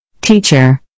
Teacher